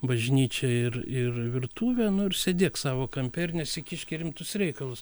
bažnyčia ir ir virtuvė nu ir sėdėk savo kampe ir nesikišk į rimtus reikalus